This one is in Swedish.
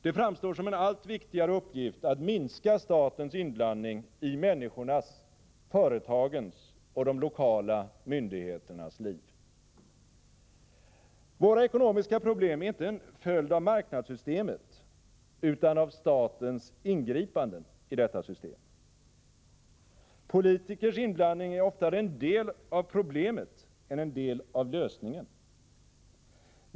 Det framstår som en allt viktigare uppgift att minska statens inblandning i människornas, företagens och de lokala myndigheternas liv. Våra ekonomiska problem är inte en följd av marknadssystemet utan av statens ingripanden i detta system. Politikers inblandning är oftare en del av problemet än en del av lösningen.